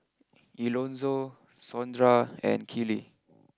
Elonzo Sondra and Kiley